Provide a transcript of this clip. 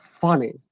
funny